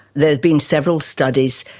there've been several studies.